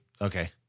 Okay